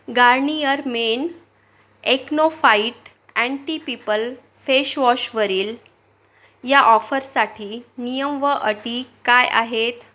Garnier men acno fight anti pimple फेशवॉशवरील या ऑफरसाठी नियम व अटी काय आहेत